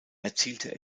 erzielte